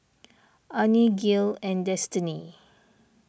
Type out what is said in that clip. Arne Gil and Destiney